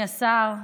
השר,